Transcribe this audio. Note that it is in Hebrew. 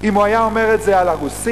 אם הוא היה אומר את זה על הרוסים,